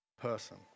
person